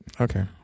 Okay